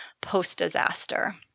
post-disaster